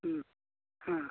अ